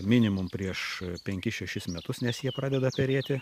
minimum prieš penkis šešis metus nes jie pradeda perėti